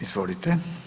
Izvolite.